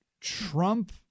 Trump